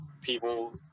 people